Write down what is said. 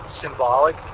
symbolic